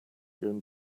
ihren